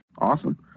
Awesome